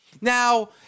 Now